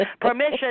Permission